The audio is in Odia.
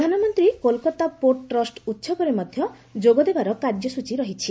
ପ୍ରଧାନମନ୍ତ୍ରୀ କୋଲ୍କାତା ପୋର୍ଟ ଟ୍ରଷ୍ଟ ଉହବରେ ମଧ୍ୟ ଯୋଗ ଦେବାର କାର୍ଯ୍ୟସ୍ଟଚୀ ରହିଛି